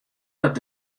dat